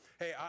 Hey